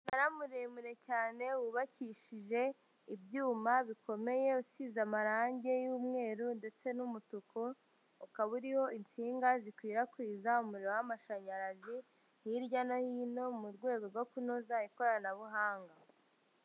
Umunara muremure cyane wubakishije ibyuma bikomeye usize amarangi y'umweru ndetse n'umutuku, ukaba uriho insinga zikwirakwiza umuriro w'amashanyarazi hirya no hino mu rwego rwo kunoza ikoranabuhanga.